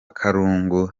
karungu